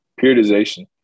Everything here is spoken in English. periodization